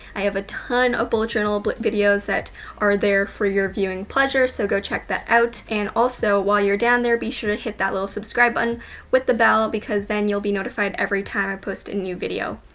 i have a ton of bullet journal videos that are there for your viewing pleasure. so go check that out, and also while you're down there, be sure to hit that little subscribe button with the bell, because then you'll be notified every time i post a and new video.